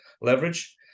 leverage